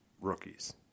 rookies